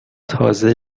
تازه